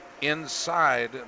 inside